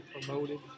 promoted